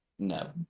no